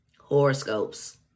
Horoscopes